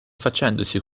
facendosi